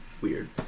weird